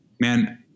man